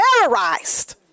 terrorized